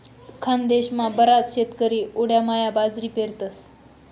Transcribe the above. खानदेशमा बराच शेतकरी उंडायामा बाजरी पेरतस